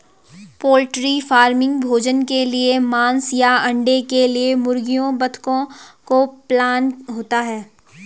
poultry farming भोजन के लिए मांस या अंडे के लिए मुर्गियों बतखों को पालना होता है